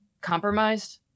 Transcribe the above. compromised